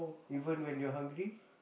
even when you're hungry